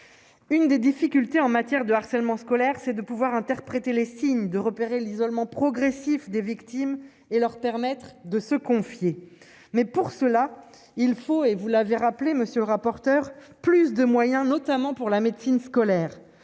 une des difficultés en matière de harcèlement scolaire, c'est de pouvoir interpréter les signes de repérer l'isolement progressif des victimes et leur permettre de se confier, mais pour cela il faut et vous l'avez rappelé monsieur le rapporteur, plus de moyens, notamment pour la médecine scolaire,